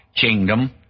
kingdom